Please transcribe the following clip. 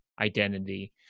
identity